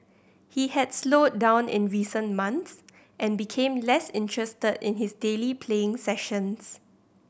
he had slowed down in recent months and became less interested in his daily playing sessions